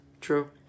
True